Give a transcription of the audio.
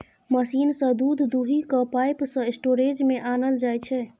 machine सँ दुध दुहि कए पाइप सँ स्टोरेज मे आनल जाइ छै